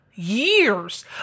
years